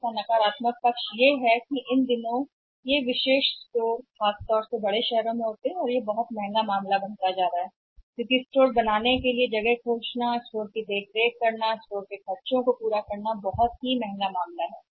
इसका नकारात्मक हिस्सा यह है कि इन दिनों विशेष रूप से बड़े शहरों में या विशेष स्टोर हैं शहर एक बहुत बहुत महंगा मामला बनता जा रहा है क्योंकि दुकान को बनाए रखने की जगह मिल रही है ओवरहेड स्टोर ओवरहेड के लिए भुगतान करना बहुत महंगा मामला है